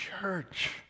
church